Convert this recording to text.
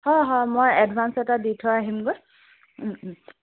হয় হয় মই এডভা্ঞ্চ এটা দি থৈ আহিমগৈ